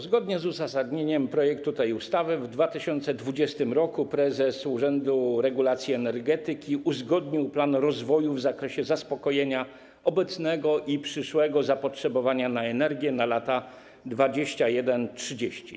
Zgodnie z uzasadnieniem projektu tej ustawy w 2020 r. prezes Urzędu Regulacji Energetyki uzgodnił „Plan rozwoju w zakresie zaspokojenia obecnego i przyszłego zapotrzebowania na energię na lata 2021-2030”